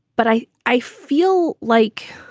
but i i feel like.